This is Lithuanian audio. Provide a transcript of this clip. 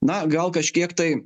na gal kažkiek tai